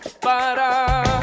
Para